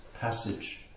passage